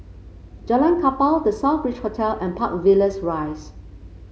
Jalan Kapal The Southbridge Hotel and Park Villas Rise